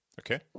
Okay